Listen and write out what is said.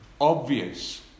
obvious